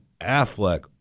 Affleck